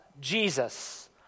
Jesus